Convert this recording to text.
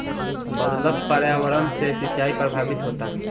बदलत पर्यावरण से सिंचाई प्रभावित होता